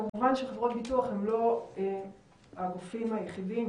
כמובן שחברות ביטוח הם לא הגופים היחידים